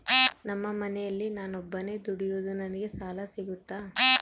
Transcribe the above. ನಮ್ಮ ಮನೆಯಲ್ಲಿ ನಾನು ಒಬ್ಬನೇ ದುಡಿಯೋದು ನನಗೆ ಸಾಲ ಸಿಗುತ್ತಾ?